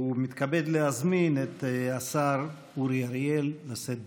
ומתכבד להזמין את השר אורי אריאל לשאת דברים.